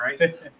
right